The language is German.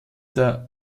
der